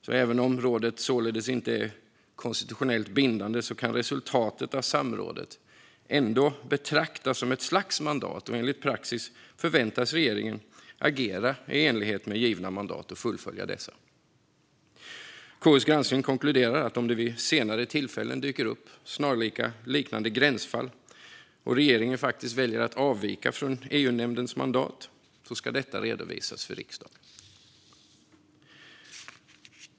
Så även om rådet således inte är konstitutionellt bindande kan resultatet av samrådet ändå betraktas som ett slags mandat. Och enligt praxis förväntas regeringen agera i enlighet med givna mandat och fullfölja dem. KU:s granskning konkluderar att om det vid senare tillfällen dyker upp liknande gränsfall och regeringen faktiskt väljer att avvika från EU-nämndens mandat ska detta redovisas för riksdagen.